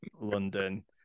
london